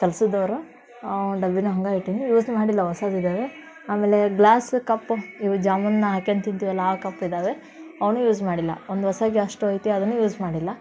ಕೆಲ್ಸದವ್ರು ಆ ಡಬ್ಬಿನೂ ಹಂಗೇ ಇಟ್ಟೀನಿ ಯೂಸ್ ಮಾಡಿಲ್ಲ ಹೊಸದು ಇದ್ದಾವೆ ಆಮೇಲೆ ಗ್ಲಾಸ್ ಕಪ್ಪು ಇವು ಜಾಮೂನ್ನ ಹಾಕ್ಯಂಡ್ ತಿಂತೀವಲ್ವ ಆ ಕಪ್ ಇದ್ದಾವೆ ಅವನ್ನೂ ಯೂಸ್ ಮಾಡಿಲ್ಲ ಒಂದು ಹೊಸ ಗ್ಯಾಸ್ ಸ್ಟೌವ್ ಐತಿ ಅದನ್ನೂ ಯೂಸ್ ಮಾಡಿಲ್ಲ